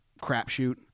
crapshoot